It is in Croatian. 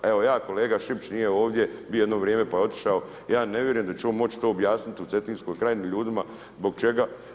Evo, ja i kolega Šipić, nije ovdje, bio je jedno vrijeme pa je otišao, ja ne vjerujem da će on moći to objasniti u Cetinskoj Krajini ljudima zbog čega.